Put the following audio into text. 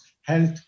health